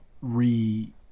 re